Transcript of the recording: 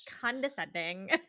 condescending